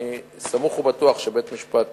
אני סמוך ובטוח שבית-המשפט